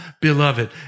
beloved